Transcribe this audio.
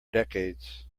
decades